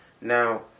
now